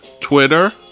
Twitter